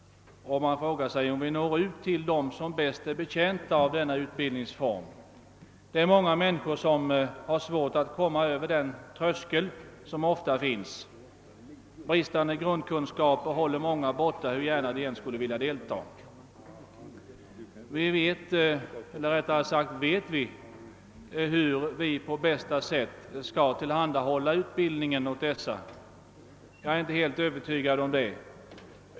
Men når vi ut till dem som bäst är betjänta av denna utbildningsform? Många människor har svårt att komma över den tröskel som ofta finns. Bristande grundkunskaper håller många borta, hur gärna de än skulle vilja delta. Vet vi hur vi på bästa sätt skall tillhandahålla utbildningen åt dessa? Jag är inte helt övertygad om det.